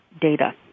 data